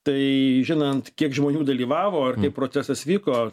tai žinant kiek žmonių dalyvavo ar kaip procesas vyko